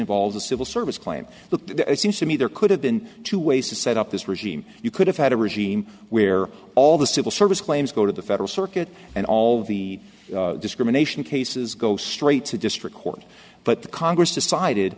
involves a civil service claim that it seems to me there could have been two ways to set up this regime you could have had a regime where all the civil service claims go to the federal circuit and all the discrimination cases go straight to district court but the congress decided